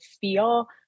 feel